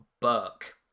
Burke